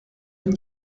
une